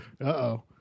Uh-oh